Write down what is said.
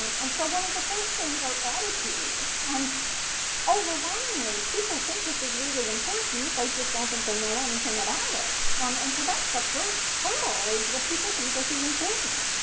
um and so one of the first things are attitudes. and overwhelmingly, people think this is really important, they just don't think they know anything about it. um and so that's the first hurdle is that people think that this is important.